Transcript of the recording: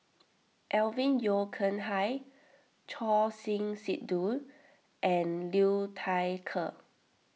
Alvin Yeo Khirn Hai Choor Singh Sidhu and Liu Thai Ker